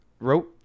wrote